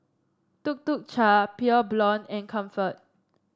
Tuk Tuk Cha Pure Blonde and Comfort